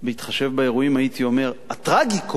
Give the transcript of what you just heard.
בהתחשב באירועים, הייתי אומר הטרגי-קומי,